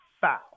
foul